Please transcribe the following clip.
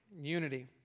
Unity